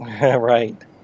right